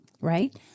right